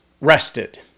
rested